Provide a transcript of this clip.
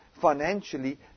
financially